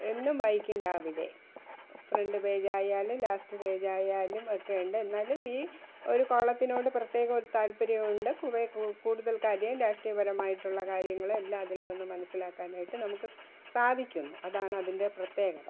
എന്നും വായിക്കും രാവിലെ ഫ്രണ്ട് പേജായാലും ലാസ്റ്റ് പേജായാലും ഒക്കെ ഉണ്ട് എന്നാലും ഈ ഒര് കോളത്തിനോട് പ്രത്യേകമൊരു താല്പര്യമുണ്ട് കുറെ കൂ കൂടുതൽ കാര്യം രാഷ്ട്രീയപരമായിട്ടുള്ള കാര്യങ്ങള് എല്ലാം അതിൽ നിന്ന് മനസിലാക്കാനായിട്ട് നമുക്ക് സാധിക്കുന്നു അതാണ് അതിൻ്റെ പ്രത്യേകത